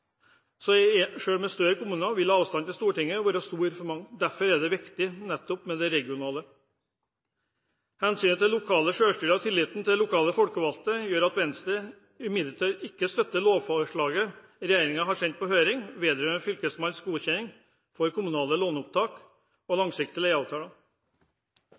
Stortinget være stor for mange, og derfor er det viktig nettopp med det regionale nivået. Hensynet til det lokale selvstyret og tilliten til de lokale folkevalgte gjør at Venstre ikke umiddelbart støtter lovforslaget regjeringen har sendt på høring vedrørende Fylkesmannens godkjenning av kommunale låneopptak og langsiktige leieavtaler.